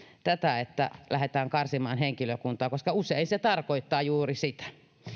tätä että lähdetään karsimaan henkilökuntaa koska usein se tarkoittaa juuri sitä